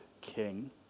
King